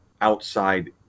outside